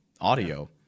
audio